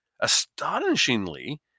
Astonishingly